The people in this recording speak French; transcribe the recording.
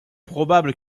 probable